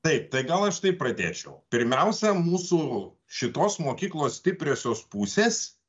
taip tai gal aš taip pradėčiau pirmiausia mūsų šitos mokyklos stipriosios pusės